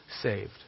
saved